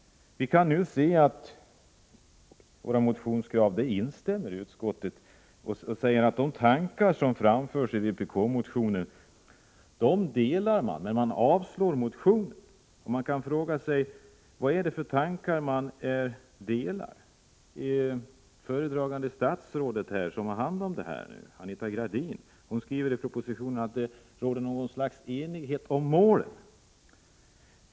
Vi kan notera att utskottet instämmer i våra motionskrav. Utskottet skriver att man instämmer i de tankar som framförs i vpk-motionen, men man avstyrker motionen. Man kan fråga sig vad det är för tankar utskottet instämmer i. I propositionen skriver föredragande statsrådet, Anita Gradin, att det råder enighet om målen.